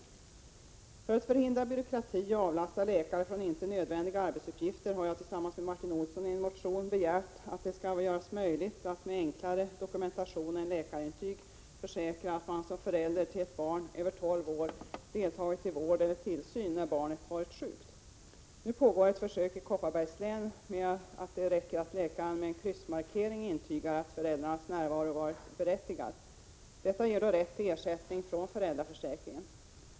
I syfte att förhindra byråkrati och avlasta läkare från inte nödvändiga arbetsuppgifter har jag tillsammans med Martin Olsson i en motion begärt att det skall bli möjligt att med enklare dokumentation än läkarintyg försäkra att man som förälder till ett barn över tolv år deltagit i vård eller tillsyn när barnet varit sjukt. Nu pågår ett försök i Kopparbergs län som går ut på att det räcker att läkaren med en kryssmarkering intygar att förälders närvaro varit berättigad. Detta ger då rätt till ersättning från föräldraförsäkringen.